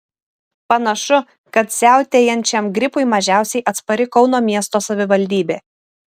panašu kad siautėjančiam gripui mažiausiai atspari kauno miesto savivaldybė